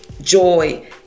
joy